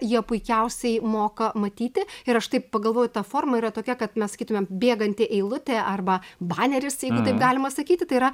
jie puikiausiai moka matyti ir aš taip pagalvoju ta forma yra tokia kad mes sakytumėm bėganti eilutė arba baneris jeigu taip galima sakyti tai yra